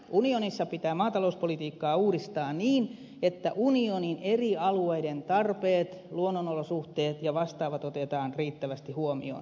unionissa pitää maatalouspolitiikkaa uudistaa niin että unionin eri alueiden tarpeet luonnonolosuhteet ja vastaavat otetaan riittävästi huomioon